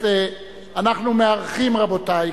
אנחנו מארחים כאן, רבותי,